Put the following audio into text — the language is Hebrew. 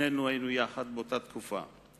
שנינו היינו יחד באותה תקופה,